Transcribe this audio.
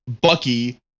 Bucky